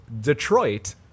Detroit